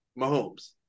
Mahomes